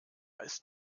ist